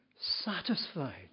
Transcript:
satisfied